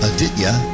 Aditya